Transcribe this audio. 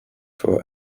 for